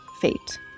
fate